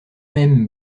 mêmes